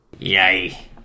Yay